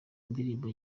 indirimbo